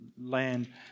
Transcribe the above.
land